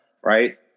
Right